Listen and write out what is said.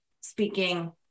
speaking